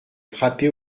frappé